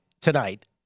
Tonight